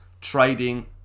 trading